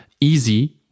easy